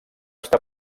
estar